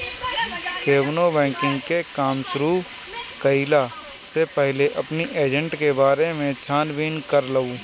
केवनो बैंकिंग के काम शुरू कईला से पहिले अपनी एजेंट के बारे में छानबीन कर लअ